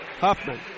Huffman